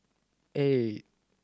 eight